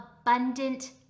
abundant